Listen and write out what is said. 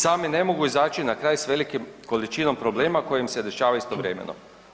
Sami ne mogu izaći na kraj s velikim količinom problema koja im se dešava istovremeno.